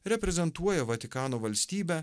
reprezentuoja vatikano valstybę